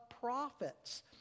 prophets